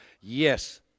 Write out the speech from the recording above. yes